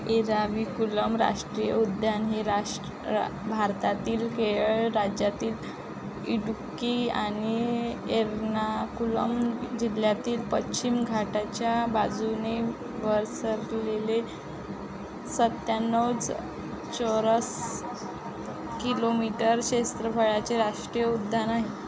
एराविकुलम राष्ट्रीय उद्यान हे राष्ट भारतातील केरळ राज्यातील इडुक्की आणि एर्नाकुलम जिल्ह्यातील पश्चिम घाटाच्या बाजूने वरसलेले सत्त्याण्णव चौरस किलोमीटर क्षेत्रफळाचे राष्ट्रीय उद्यान आहे